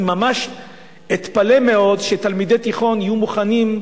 אני ממש אתפלא מאוד אם תלמידי תיכון יהיו מוכנים,